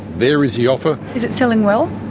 there is the offer. is it selling well?